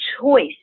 choice